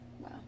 Wow